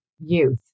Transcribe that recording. youth